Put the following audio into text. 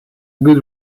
good